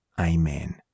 Amen